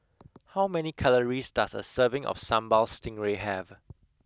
how many calories does a serving of Sambal Stingray have